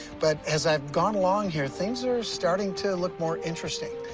but as i've gone along here, things are starting to look more interesting.